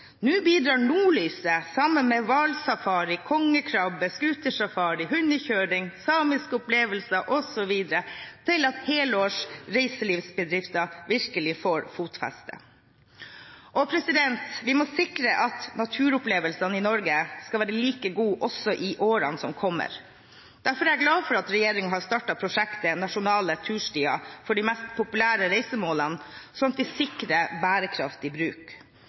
Nå bidrar nordlyset sammen med hvalsafari, kongekrabbe, scootersafari, hundekjøring, samiske opplevelser osv. til at helårs reiselivsbedrifter virkelig får fotfeste. Vi må sikre at naturopplevelsene i Norge skal være like gode også i årene som kommer. Derfor er jeg glad for at regjeringen har startet prosjektet «Nasjonale turstier» for de mest populære reisemålene, slik at vi sikrer bærekraftig bruk.